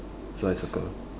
so I circle